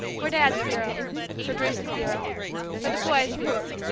for dad's bureau for bruce's bureau for the boys' bureau,